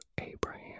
Abraham